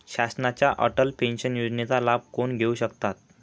शासनाच्या अटल पेन्शन योजनेचा लाभ कोण घेऊ शकतात?